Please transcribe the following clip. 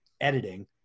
editing